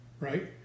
right